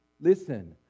listen